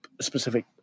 specific